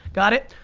got it?